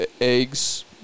Eggs